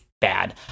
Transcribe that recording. bad